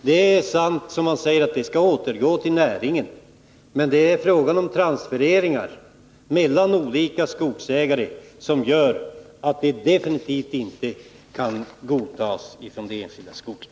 Det är sant som man säger att den skall återgå till näringen, men det är frågan om transfereringar mellan olika skogsägare som gör att man från det enskilda skogsbruket definitivt inte kan godta detta.